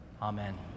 Amen